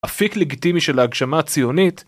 אפיק לגיטימי של ההגשמה הציונית